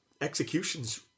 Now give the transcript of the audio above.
execution's